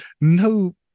no